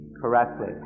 correctly